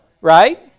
right